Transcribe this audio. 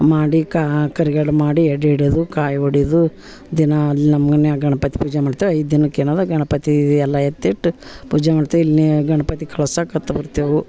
ಮಾಡಿ ಕರಿ ಗಡ್ಬು ಮಾಡಿ ಎಡೆ ಹಿಡದು ಕಾಯಿ ಒಡೆದು ದಿನ ಅಲ್ಲಿ ನಮ್ಮ ಮನ್ಯಾಗ ಗಣಪತಿ ಪೂಜೆ ಮಾಡ್ತೇವೆ ಐದು ದಿನಕ್ಕೆ ಏನಾರೂ ಗಣಪತಿ ಎಲ್ಲ ಎತ್ತಿಟ್ಟು ಪೂಜೆ ಮಾಡ್ತೇವೆ ಇಲ್ಲಿ ಗಣಪತಿ ಕಳ್ಸಕಂತ ಬರ್ತೇವೆ